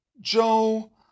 Joe